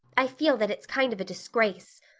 i feel that it's kind of a disgrace.